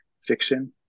fiction